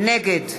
נגד